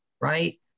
right